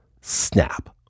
snap